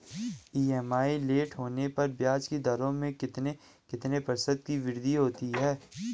EMI late होने पर ब्याज की दरों में कितने कितने प्रतिशत की वृद्धि होती है?